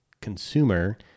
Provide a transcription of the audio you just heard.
consumer